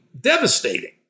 devastating